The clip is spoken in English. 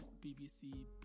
bbc